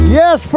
yes